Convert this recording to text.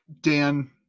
Dan